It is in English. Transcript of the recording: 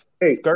hey